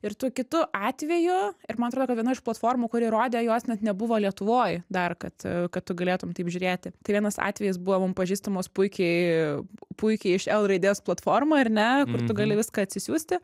ir tu kitu atveju ir man atrodo viena iš platformų kuri rodė juos net nebuvo lietuvoj dar kad kad tu galėtum taip žiūrėti tai vienas atvejis buvo mum pažįstamos puikiai puikiai iš l raidės platforma ar ne kur tu gali viską atsisiųsti